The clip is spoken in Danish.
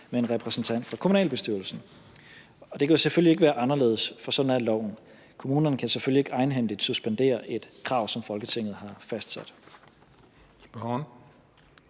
med en repræsentant fra kommunalbestyrelsen. Og det kunne jo selvfølgelig ikke være anderledes, for sådan er loven. Kommunerne kan selvfølgelig ikke egenhændigt suspendere et krav, som Folketinget har fastsat.